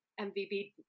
MVB